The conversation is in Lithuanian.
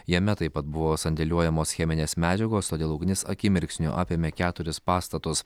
jame taip pat buvo sandėliuojamos cheminės medžiagos todėl ugnis akimirksniu apėmė keturis pastatus